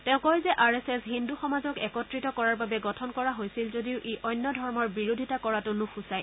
তেওঁ কয় যে আৰ এছ এছ হিন্দু সমাজক একত্ৰিত কৰাৰ বাবে গঠন কৰা হৈছিল যদিও ই অন্য ধৰ্মৰ বিৰোধিতা কৰাটো নুসূচায়